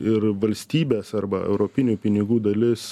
ir valstybės arba europinių pinigų dalis